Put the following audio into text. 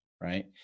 right